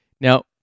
Now